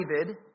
David